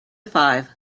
five